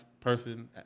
person